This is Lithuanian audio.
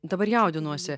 dabar jaudinuosi